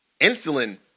insulin